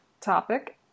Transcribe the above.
topic